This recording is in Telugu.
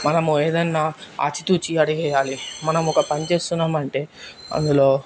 మనము ఏదైనా ఆచి తూచి వెయ్యాలి ఒక పని చేస్తున్నామంటే అందులో